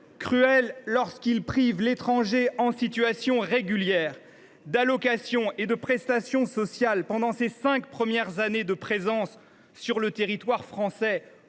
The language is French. cruel lorsqu’il prive l’étranger en situation régulière d’allocations et de prestations sociales pendant ses cinq premières années de présence sur le territoire français,